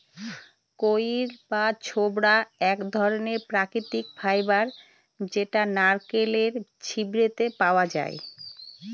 কইর বা ছবড়া এক ধরনের প্রাকৃতিক ফাইবার যেটা নারকেলের ছিবড়েতে পাওয়া যায়